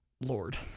lord